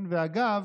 ואגב,